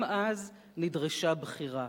גם אז נדרשה בחירה,